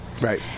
Right